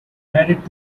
married